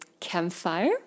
campfire